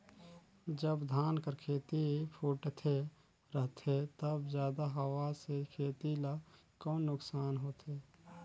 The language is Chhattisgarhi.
जब धान कर खेती फुटथे रहथे तब जादा हवा से खेती ला कौन नुकसान होथे?